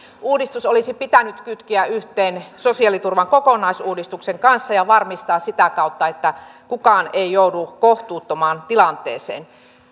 uudistus olisi pitänyt kytkeä yhteen sosiaaliturvan kokonaisuudistuksen kanssa ja varmistaa sitä kautta että kukaan ei joudu kohtuuttomaan tilanteeseen